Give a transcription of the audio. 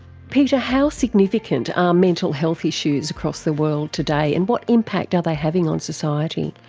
peter, how significant are mental health issues across the world today, and what impact are they having on society?